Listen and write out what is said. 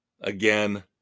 again